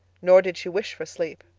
nor did she wish for sleep.